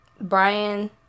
Brian